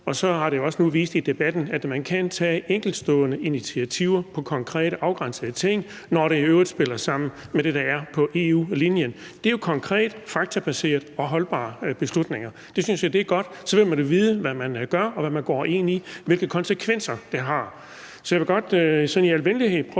og så har det jo også vist sig i debatten, at man kan tage enkeltstående initiativer i forhold til konkrete, afgrænsede ting, når det i øvrigt spiller sammen med det, der er på EU-linjen. Det er jo konkrete, faktabaserede og holdbare beslutninger. Det synes jeg er godt, for så ved man, hvad man gør, og hvad man går ind i – hvilke konsekvenser det har. Så jeg vil godt spørge den konservative